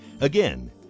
Again